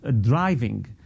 driving